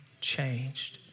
changed